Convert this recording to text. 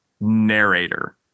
narrator